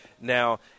now